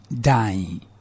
dying